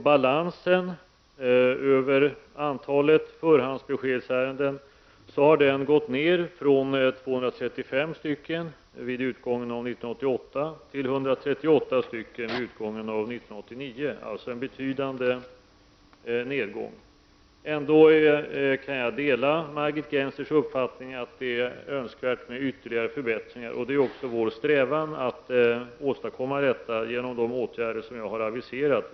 Balansen över antalen förhandsbeskedsärenden har gått ned från 235 vid utgången av 1988 till 138 vid utgången av 1989. Det är alltså en betydande nedgång. Ändå delar jag Margit Gennsers uppfattning att det är önskvärt med ytter ligare förbättringar. Det är också vår strävan att åstadkomma sådana genom de åtgärder som jag har aviserat.